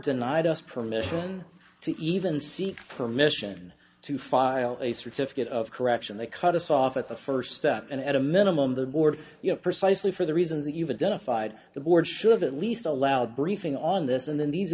denied us permission to even seek permission to file a certificate of correction they cut us off at the first step and at a minimum the board you know precisely for the reasons that you've done a fide the board should have at least allowed briefing on this and then these